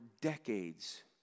decades